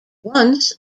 once